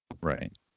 Right